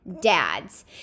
dads